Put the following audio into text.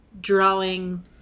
drawing